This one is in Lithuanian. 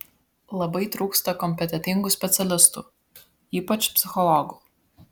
labai trūksta kompetentingų specialistų ypač psichologų